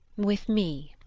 with me.